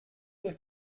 durch